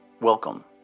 Welcome